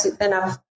enough